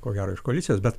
ko gero iš koalicijos bet